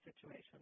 situation